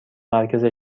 مرکز